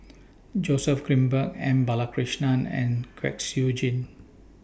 Joseph Grimberg M Balakrishnan and Kwek Siew Jin